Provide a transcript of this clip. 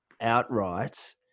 outright